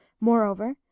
Moreover